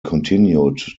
continued